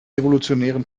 evolutionären